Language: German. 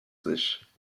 sich